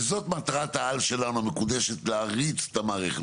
וזאת מטרת העל שלנו המקודשת, להריץ את המערכת.